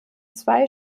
zwei